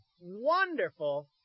wonderful